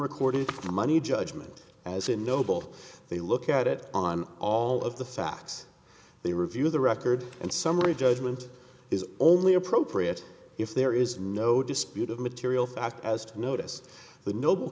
the money judgment as in noble they look at it on all of the facts they review the record and summary judgment is only appropriate if there is no dispute of material fact as to notice the noble